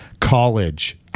College